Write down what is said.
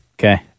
Okay